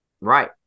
Right